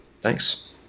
thanks